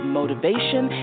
motivation